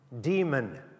demon